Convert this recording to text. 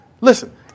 listen